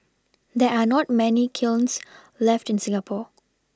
there 're not many kilns left in Singapore